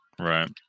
Right